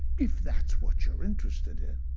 if that's what you're interested in.